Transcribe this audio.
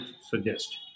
suggest